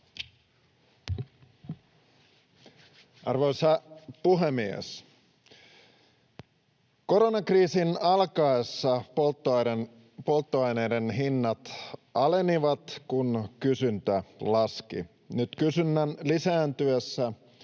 Arvoisa puhemies! Koronakriisin alkaessa polttoaineiden hinnat alenivat, kun kysyntä laski. Nyt kysynnän lisääntyessä